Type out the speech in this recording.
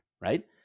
right